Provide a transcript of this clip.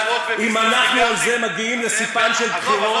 אם אנחנו על זה מגיעים לספן של בחירות,